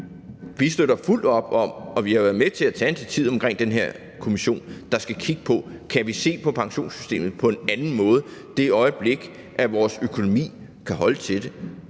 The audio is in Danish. vi støtter fuldt op om at kigge på det, og vi har været med til at tage initiativet omkring den her kommission, der skal kigge på: Kan vi se på pensionssystemet på en anden måde i det øjeblik, vores økonomi kan holde til det?